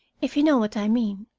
if you know what i mean.